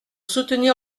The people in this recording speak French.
soutenir